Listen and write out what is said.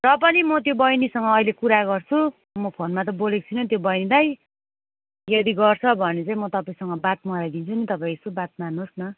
र पनि म त्यो बहिनीसँग अहिले कुरा गर्छु म फोनमा त बोलेको छुइनँ त्यो बहिनीलाई यदि गर्छ भने चाहिँ म तपाईँसँग बात मराइदिन्छु नि तपाईँ यसो बात मार्नुहोस् न